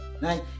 right